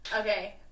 Okay